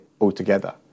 altogether